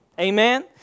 Amen